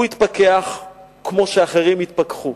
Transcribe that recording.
הוא התפכח כמו שאחרים התפכחו.